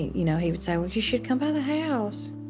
you know he would say, you should come by the house.